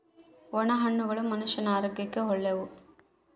ಒಣ ಹಣ್ಣುಗಳು ಮನುಷ್ಯನ ಆರೋಗ್ಯಕ್ಕ ಒಳ್ಳೆವು